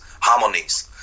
harmonies